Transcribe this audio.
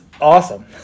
awesome